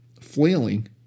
flailing